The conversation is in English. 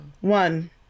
One